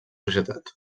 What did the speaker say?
societat